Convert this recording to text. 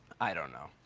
i don't know.